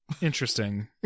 Interesting